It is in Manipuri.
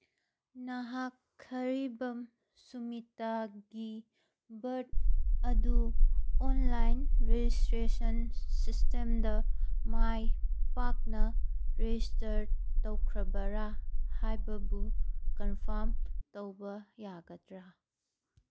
ꯅꯍꯥꯛ ꯈꯔꯤꯕꯝ ꯁꯨꯃꯤꯇꯥꯒꯤ ꯕꯥꯔꯠ ꯑꯗꯨ ꯑꯣꯟꯂꯥꯏꯟ ꯔꯦꯖꯤꯁꯇ꯭ꯔꯦꯁꯟ ꯁꯤꯁꯇꯦꯝꯗ ꯃꯥꯏ ꯄꯥꯛꯅ ꯔꯦꯖꯤꯁꯇꯔ ꯇꯧꯈ꯭ꯔꯕꯔꯥ ꯍꯥꯏꯕꯕꯨ ꯀꯟꯐꯥꯝ ꯇꯧꯕ ꯌꯥꯒꯗ꯭ꯔꯥ